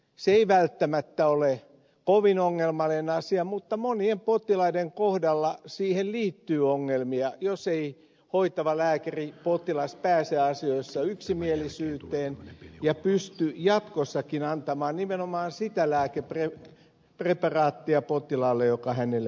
se ei välttämättä ole kovin ongelmallinen asia mutta monien potilaiden kohdalla siihen liittyy ongelmia jos eivät hoitava lääkäri ja potilas pääse asioista yksimielisyyteen ja pysty jatkossakin antamaan nimenomaan sitä lääkepreparaattia potilaalle joka hänelle parhaiten sopii